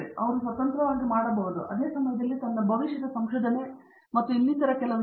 ಆದ್ದರಿಂದ ಅವರು ಸ್ವತಂತ್ರವಾಗಿ ಮಾಡಬಹುದು ಅದೇ ಸಮಯದಲ್ಲಿ ತನ್ನ ಭವಿಷ್ಯದ ಸಂಶೋಧನೆ ಮತ್ತು ಇನ್ನಿತರ ಕೆಲವು ವಿಚಾರಗಳನ್ನು ಅಭಿವೃದ್ಧಿಪಡಿಸಬಹುದು